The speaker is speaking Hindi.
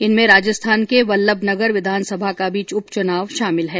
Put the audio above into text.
इनमें राजस्थान के वल्लभनगर विधानसभा का भी उपचुनाव शामिल है